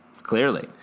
Clearly